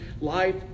life